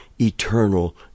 eternal